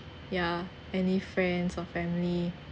ya any friends or family